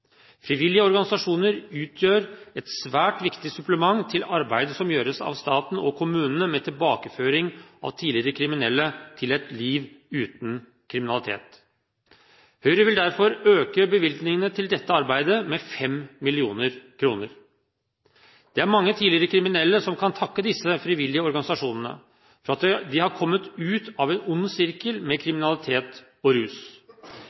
Frivillige organisasjoner utgjør et svært viktig supplement til arbeidet som gjøres av staten og kommunene med tilbakeføring av tidligere kriminelle til et liv uten kriminalitet. Høyre vil derfor øke bevilgningene til dette arbeidet med 5 mill. kr. Det er mange tidligere kriminelle som kan takke disse frivillige organisasjonene for at de har kommet ut av en ond sirkel med kriminalitet og rus.